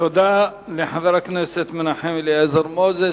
תודה לחבר הכנסת מנחם אליעזר מוזס.